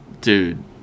Dude